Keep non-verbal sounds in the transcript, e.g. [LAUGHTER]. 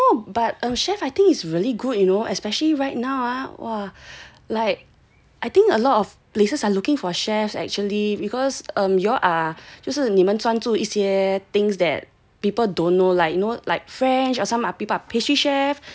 I know but oh chef I think is really good you know especially right now like I think a lot of places are looking for chef actually because um y'all ah 就是你们专注一些 things that people don't know like you know like french or some [NOISE] pastry chef